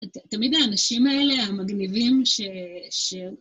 תמיד האנשים האלה המגניבים ש...